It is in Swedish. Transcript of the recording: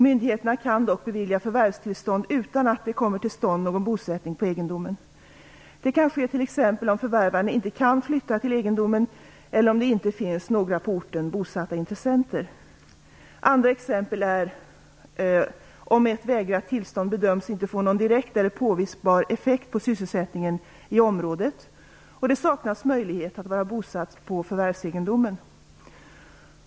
Myndigheterna kan dock bevilja förvärvstillstånd utan att det kommer till stånd någon bosättning på egendomen. Det kan ske t.ex. om förvärvaren inte kan flytta till egendomen eller om det inte finns några på orten bosatta intressenter. Andra exempel är om ett vägrat tillstånd bedöms inte få någon direkt eller påvisbar effekt på sysselsättningen i området och det saknas möjlighet att vara bosatt på förvärvsegendomen.